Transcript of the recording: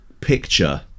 picture